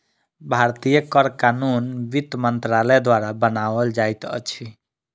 भारतीय कर कानून वित्त मंत्रालय द्वारा बनाओल जाइत अछि